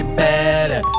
better